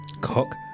Cock